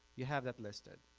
you have that listed.